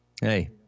Hey